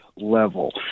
level